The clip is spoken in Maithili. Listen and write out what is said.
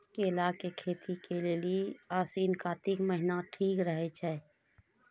केला के खेती के लेली आसिन कातिक महीना ठीक रहै छै